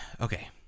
okay